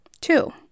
Two